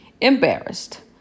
Embarrassed